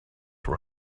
were